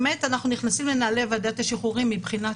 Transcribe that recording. באמת אנחנו נכנסים לנעלי ועדת השחרורים מבחינת